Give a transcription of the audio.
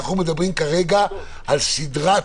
אנחנו מדברים כרגע על סדרת